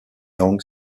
young